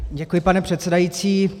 Děkuji, pane předsedající.